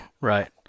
Right